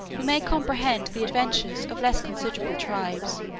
we may comprehend the adventures of less considerable tribes,